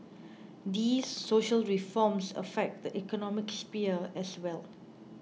these social reforms affect the economic sphere as well